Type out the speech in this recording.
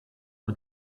but